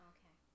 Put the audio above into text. Okay